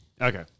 Okay